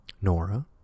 Nora